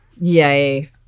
Yay